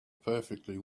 perfectly